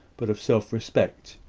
but of self-respect.